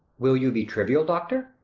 will you be trivial doctor,